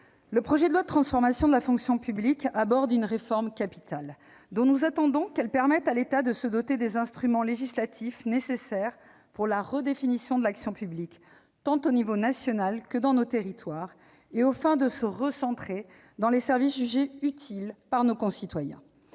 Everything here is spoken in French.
le projet de loi de transformation de la fonction publique aborde une réforme capitale, dont nous attendons qu'elle permette à l'État de se doter des instruments législatifs nécessaires pour la redéfinition de l'action publique, tant à l'échelon national que dans nos territoires, afin de se recentrer sur les services jugés utiles par nos concitoyens.